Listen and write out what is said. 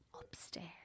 upstairs